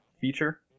feature